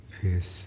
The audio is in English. face